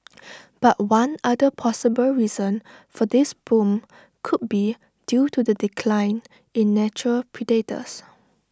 but one other possible reason for this boom could be due to the decline in natural predators